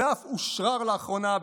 ואף אושרר לאחרונה,